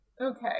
Okay